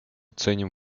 ценим